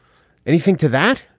anything to that?